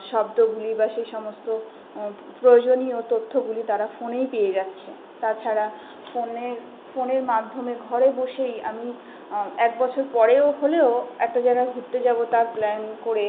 শব্দগুলি বা সেই সমস্ত প্রয়োজনীয় তথ্যগুলি তারা ফোনেই পেয়ে যাচ্ছে তাছাড়া ফোনে ফোনের মাধ্যমে ঘরে বসেই আমি এক বছর পরেও হলেও একটা জায়গায় ঘুরতে যাবো তার প্ল্যান করে